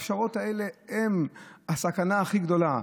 הפשרות האלה הן הסכנה הכי גדולה.